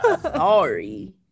sorry